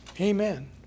Amen